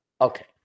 Okay